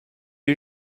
are